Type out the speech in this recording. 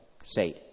say